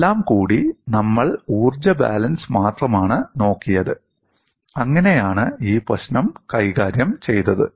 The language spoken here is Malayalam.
എല്ലാം കൂടി നമ്മൾ ഊർജ്ജ ബാലൻസ് മാത്രമാണ് നോക്കിയത് അങ്ങനെയാണ് ഈ പ്രശ്നം കൈകാര്യം ചെയ്തത്